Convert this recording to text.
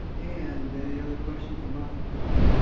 and any other questions about the bill?